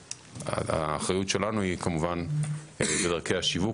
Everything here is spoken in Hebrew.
האחריות שלנו היא כמובן בדרכי השיווק,